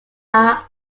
are